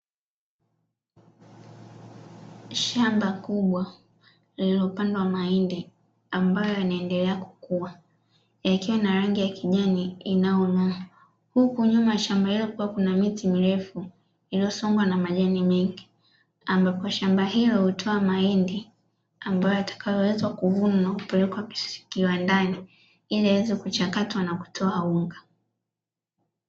Shamba kubwa, lililopandwa mahindi ambayo yanaendelea kukua, yakiwa na rangi ya kijani inayong'aa, huku nyuma ya shamba hilo kuna miti mirefu iliyosongwa na majani mengi; ambapo shamba hilo hutoa mahindi ambayo yatakayoweza kuvunwa na kupelekwa kiwandani ili yaweze kuchakatwa na kutoa unga.